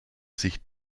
sich